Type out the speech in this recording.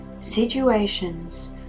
situations